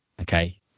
Okay